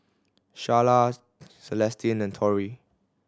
Sharla Celestine and Tory